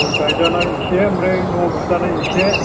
गय गायजानाय एसे ओमफ्राय न' लुजानाय एसे